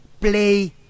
play